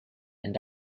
and